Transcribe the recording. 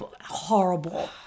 horrible